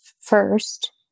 first